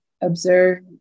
observe